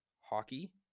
hockey